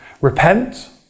Repent